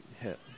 hit